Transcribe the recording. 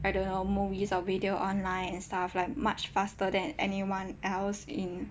I don't know movies or video online and stuff much faster than anyone else in